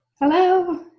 Hello